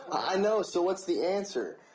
i know, so what's the answer?